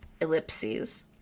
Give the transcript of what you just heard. ellipses